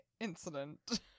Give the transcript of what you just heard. incident